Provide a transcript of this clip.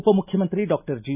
ಉಪಮುಖ್ಯಮಂತ್ರಿ doctor G